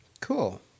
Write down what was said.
Cool